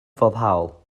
foddhaol